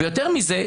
יותר מזה,